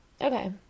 Okay